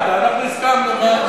הסכמנו.